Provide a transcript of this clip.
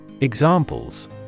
Examples